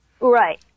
Right